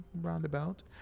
roundabout